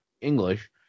English